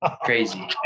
crazy